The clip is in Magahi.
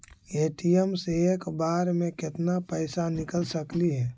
ए.टी.एम से एक बार मे केत्ना पैसा निकल सकली हे?